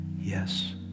Yes